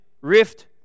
rift